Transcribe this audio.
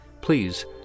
please